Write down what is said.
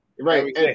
right